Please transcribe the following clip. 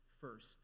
first